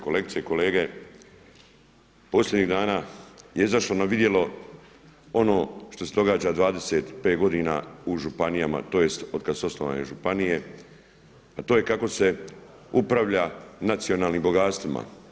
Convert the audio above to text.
Kolegice i kolege, posljednjih dana je izašlo na vidjelo ono što se događa 25 godina u županijama, tj. od kad su osnovane županije a to je kako se upravlja nacionalnim bogatstvima.